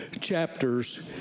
chapters